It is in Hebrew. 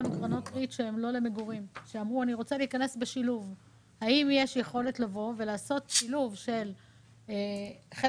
האם יש יכולת לעשות שילוב כך שבחלק